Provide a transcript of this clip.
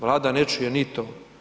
Vlada ne čuje ni to.